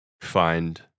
find